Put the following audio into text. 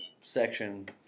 section